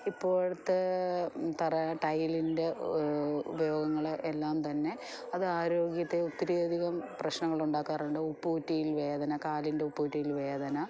ഇപ്പോഴത്തേ തറ ടൈലിൻ്റെ ഉപയോഗങ്ങളെ എല്ലാം തന്നെ അത് ആരോഗ്യത്തെ ഒത്തിരിയധികം പ്രശ്നങ്ങൾ ഉണ്ടാക്കാറുണ്ട് ഉപ്പൂറ്റിയിൽ വേദന കാലിൻ്റെ ഉപ്പൂറ്റിയിൽ വേദന